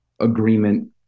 agreement